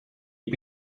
you